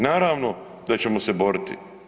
Naravno da ćemo se boriti.